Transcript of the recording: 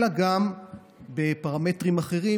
אלא גם בפרמטרים אחרים,